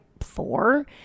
four